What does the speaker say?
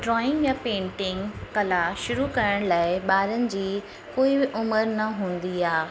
drawing या painting कला शुरू करण लाइ ॿारनि जी कोई बि उमिरि न हूंदी आहे